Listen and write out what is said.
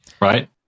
right